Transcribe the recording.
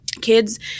Kids